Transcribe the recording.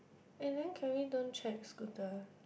and then can we don't check scooter